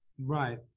Right